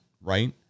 right